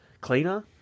cleaner